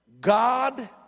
God